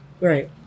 Right